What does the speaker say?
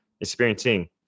experiencing